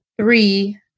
Three